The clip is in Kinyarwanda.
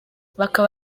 bakaba